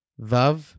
Vav